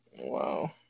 Wow